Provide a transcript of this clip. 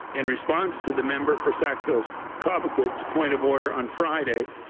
in response to the member for sackville-cobequid's point of order on friday,